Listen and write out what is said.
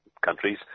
countries